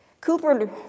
Cooper